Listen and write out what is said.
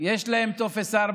יש להם טופס 4?